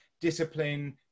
discipline